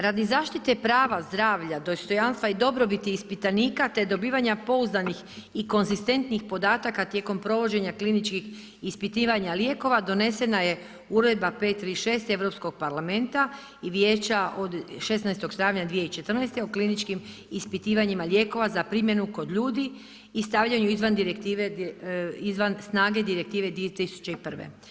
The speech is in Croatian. Radi zaštite prava zdravlja, dostojanstva i dobrobiti ispitanika te dobivanja pouzdanih i konzistentnih podataka tijekom provođenja kliničkih ispitivanja lijekova donesena je uredba 536 Europskog parlamenta i vijeća od 16. travnja 2014. o kliničkim ispitivanjima lijekova za primjenu kod ljudi i stavljanju izvan snage direktive 2001.